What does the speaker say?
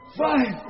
five